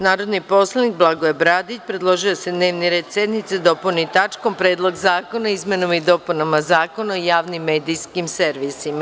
Narodni poslanik Blagoje Bradić predložio je da se dnevni red sednici dopuni tačkom – Predlog zakona o izmenama i dopunama Zakona o javnim medijskim servisima.